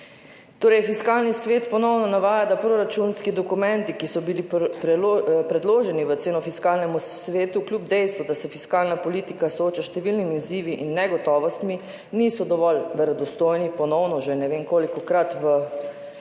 Torej, Fiskalni svet ponovno navaja, da proračunski dokumenti, ki so bili predloženi v oceno Fiskalnemu svetu, kljub dejstvu, da se fiskalna politika sooča s številnimi izzivi in negotovostmi, niso dovolj verodostojni, ponovno že ne vem kolikokrat v